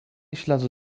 śladu